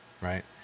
right